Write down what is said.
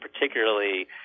particularly